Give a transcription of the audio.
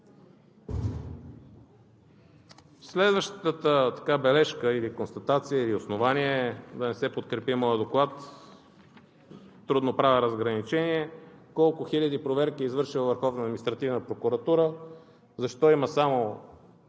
Следваща бележка или констатация, или основание да не се подкрепи моят доклад – трудно правя разграничение, колко хиляди проверки е извършила Върховната